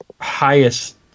highest